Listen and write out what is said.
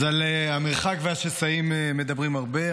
אז על המרחק והשסעים מדברים הרבה,